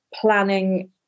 planning